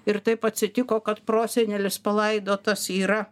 ir taip atsitiko kad prosenelis palaidotas yra